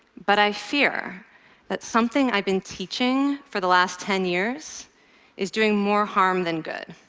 but i fear that something i've been teaching for the last ten years is doing more harm than good,